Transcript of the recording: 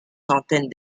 centaines